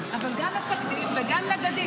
אבל גם מפקדים וגם נגדים,